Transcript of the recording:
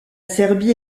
serbie